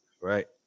right